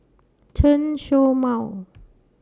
Chen Show Mao